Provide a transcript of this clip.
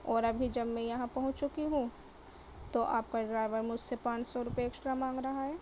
اور ابھی جب میں یہاں پہنچ چکی ہوں تو آپ کا ڈرائیور مجھ سے پانچ سو روپئے ایکسٹرا مانگ رہا ہے